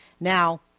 Now